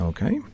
Okay